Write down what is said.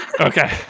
Okay